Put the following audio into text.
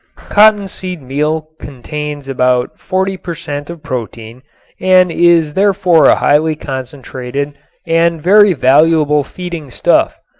cottonseed meal contains about forty per cent. of protein and is therefore a highly concentrated and very valuable feeding stuff.